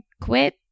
quit